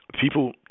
people